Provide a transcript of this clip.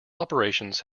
operations